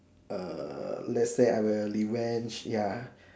err let's say I will revenge ya